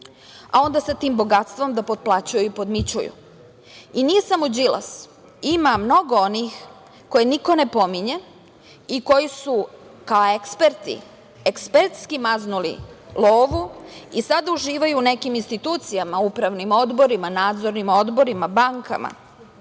a onda sa tim bogatstvom da potplaćuju i podmićuju. Nije samo Đilas, ima mnogo onih koje niko ne pominje i koji su kao eksperti ekspertski maznuli lovu i sada uživaju u nekim institucijama, upravnim odborima, nadzornim odborima, bankama. Na